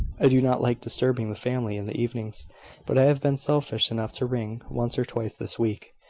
i do not like disturbing the family in the evenings but i have been selfish enough to ring, once or twice this week,